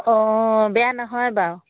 অঁ বেয়া নহয় বাৰু